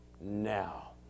now